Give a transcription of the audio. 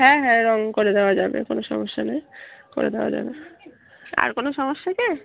হ্যাঁ হ্যাঁ রঙ করে দেওয়া যাবে কোনো সমস্যা নেই করে দেওয়া যাবে আর কোনো সমস্যা কি